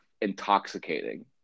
intoxicating